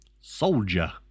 Soldier